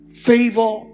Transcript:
favor